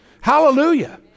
Hallelujah